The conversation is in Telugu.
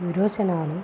విరోచనాలు